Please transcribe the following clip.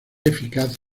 eficaz